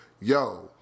yo